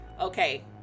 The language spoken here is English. Okay